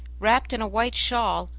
wrapped in a white shawl,